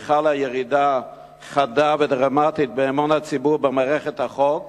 כי חלה ירידה חדה ודרמטית באמון הציבור במערכת החוק,